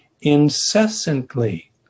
incessantly